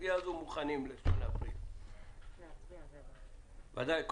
מוכנים בסוגיה הזאת באכיפה ובקרה ב-1 באפריל.